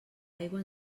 aigua